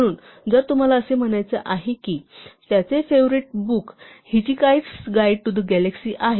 म्हणून जर तुम्हाला असे म्हणायचे असेल की त्याचे favourite book hitchhiker's guide to the galaxy आहे